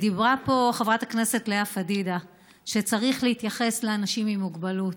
אמרה פה חברת הכנסת לאה פדידה שצריך להתייחס לאנשים עם מוגבלות.